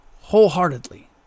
wholeheartedly